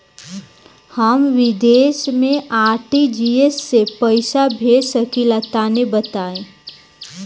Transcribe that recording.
हम विदेस मे आर.टी.जी.एस से पईसा भेज सकिला तनि बताई?